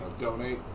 donate